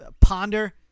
Ponder